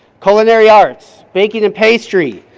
culinary arts, baking and pastry.